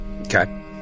Okay